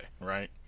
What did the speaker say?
right